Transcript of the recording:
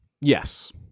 Yes